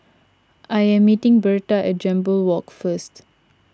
I am meeting Berta at Jambol Walk first